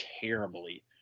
terribly